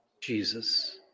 Jesus